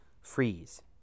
Freeze